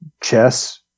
chess